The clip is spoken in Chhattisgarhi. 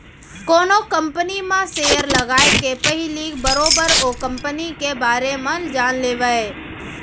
कोनो कंपनी म सेयर लगाए के पहिली बरोबर ओ कंपनी के बारे म जान लेवय